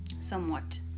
somewhat